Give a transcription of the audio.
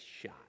shot